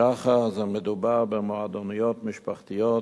בשח"ר מדובר במועדוניות משפחתיות,